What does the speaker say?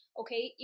okay